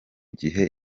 gihe